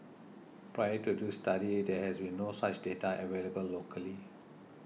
prior to this study there has been no such data available locally